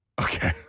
Okay